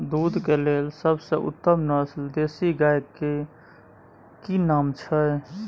दूध के लेल सबसे उत्तम नस्ल देसी गाय के की नाम छै?